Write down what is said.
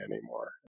anymore